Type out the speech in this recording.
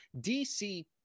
DC